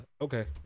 okay